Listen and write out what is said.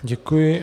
Děkuji.